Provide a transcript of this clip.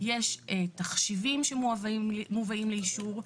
יש תחשיבים שמובאים לאישור,